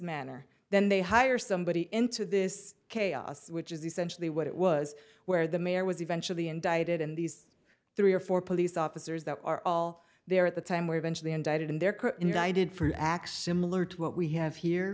manner then they hire somebody into this chaos which is essentially what it was where the mayor was eventually indicted and these three or four police officers that are all there at the time were eventually indicted in their career in united for acts similar to what we have here